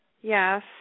Yes